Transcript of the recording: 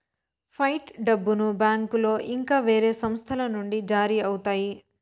fight డబ్బును బ్యాంకులో ఇంకా వేరే సంస్థల నుండి జారీ అవుతాయి